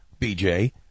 bj